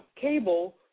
cable